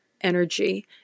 energy